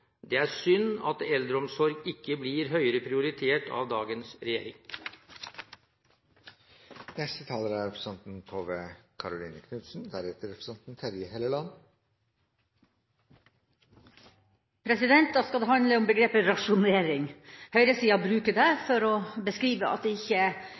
Det er synd at eldreomsorg ikke blir høyere prioritert av dagens regjering. Nå skal det handle om begrepet «rasjonering». Høyresida bruker det for å beskrive at det ikke er